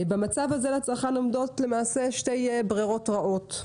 במצב הזה לצרכן עומדות למעשה שתי ברירות רעות: